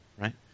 right